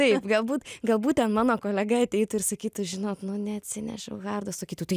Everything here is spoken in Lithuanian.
taip galbūt galbūt ten mano kolega ateitų ir sakytų žinok nu neatsinešiau hardo sakytų tai